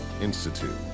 Institute